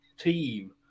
team